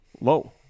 low